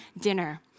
dinner